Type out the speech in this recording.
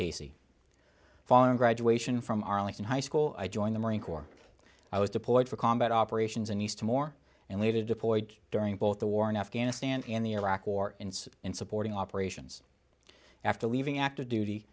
casey following graduation from arlington high school i joined the marine corps i was deployed for combat operations in east timor and later deployed during both the war in afghanistan and the iraq war and in supporting operations after leaving active duty